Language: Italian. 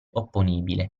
opponibile